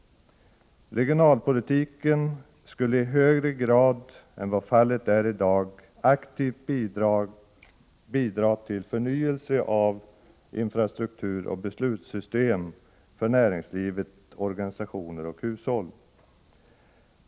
Regionalpolitiken skulle i högre grad än vad fallet är i dag aktivt bidra till förnyelse av infrastruktur och beslutssystem för näringslivet, organisationer och hushåll.